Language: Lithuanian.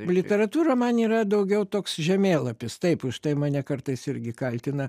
literatūra man yra daugiau toks žemėlapis taip užtai mane kartais irgi kaltina